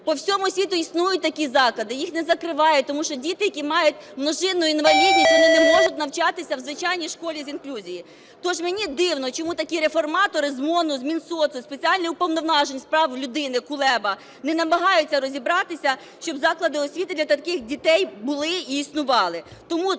По всьому світу існують такі заклади, їх не закривають, тому що діти, які мають множинну інвалідність, вони не можуть навчатися в звичайній школі з інклюзією. Тож мені дивно, чому такі реформатори з МОНу, з Мінсоцу і спеціальний Уповноважений з прав людини Кулеба не намагаються розібратися, щоб заклади освіти для таких дітей були і існували. Тому